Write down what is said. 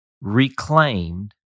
reclaimed